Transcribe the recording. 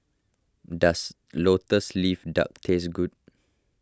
does Lotus Leaf Duck taste good